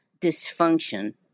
dysfunction